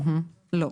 לא.